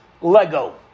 Lego